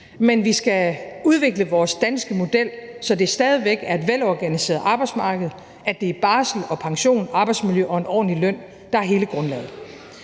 men vi skal udvikle vores danske model, så det stadig væk er et velorganiseret arbejdsmarked og det er barsel og pension, arbejdsmiljø og en ordentlig løn, der er hele grundlaget.